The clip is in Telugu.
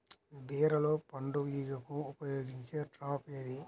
బీరలో పండు ఈగకు ఉపయోగించే ట్రాప్ ఏది?